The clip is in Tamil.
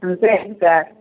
ம் சரிங்க சார்